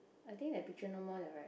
I think that picture no more liao right